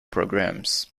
programmes